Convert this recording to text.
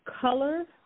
color